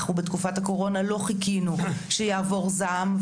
אנחנו בתקופת הקורונה לא חיכינו שיעבור זעם,